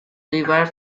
river